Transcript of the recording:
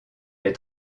les